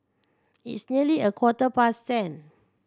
its nearly a quarter past ten